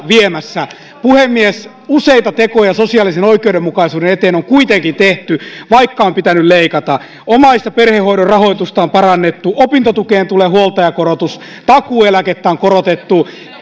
viemässä puhemies useita tekoja sosiaalisen oikeudenmukaisuuden eteen on kuitenkin tehty vaikka on pitänyt leikata omais ja perhehoidon rahoitusta on parannettu opintotukeen tulee huoltajakorotus takuueläkettä on korotettu